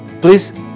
please